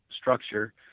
structure